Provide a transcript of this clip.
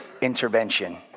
intervention